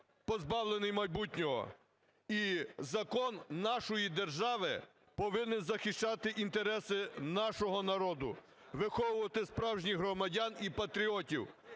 позбавлений майбутнього. І закон нашої держави повинен захищати інтереси нашого народу, виховувати справжніх громадян і патріотів,